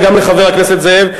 וגם לחבר הכנסת זאב.